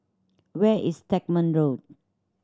where is Stagmont Road